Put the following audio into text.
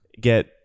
get